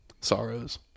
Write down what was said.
sorrows